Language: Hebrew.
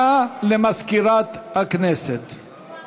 הצעת חוק הרשויות המקומיות (פטור חיילים